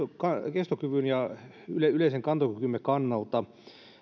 kestokyvyn ja yleisen kantokykymme kannalta